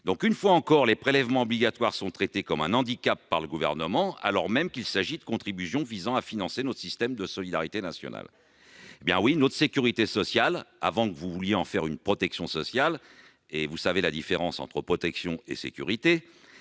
Une fois encore, les prélèvements obligatoires sont traités comme un handicap par le Gouvernement, alors même qu'il s'agit de contributions visant à financer notre système de solidarité nationale ! Notre sécurité sociale, en attendant que vous la transformiez en protection sociale- vous connaissez la différence entre protection et sécurité